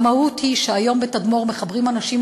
והמהות היא שהיום בתדמור מחברים אנשים